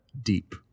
deep